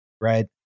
Right